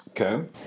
Okay